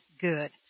good